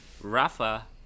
Rafa